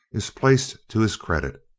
is placed to his credit.